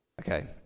okay